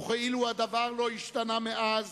וכאילו דבר לא השתנה מאז,